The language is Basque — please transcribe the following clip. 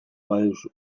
baduzu